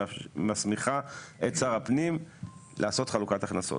שמסמיכה את שר הפנים לעשות חלוקת הכנסות,